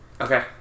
Okay